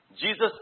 Jesus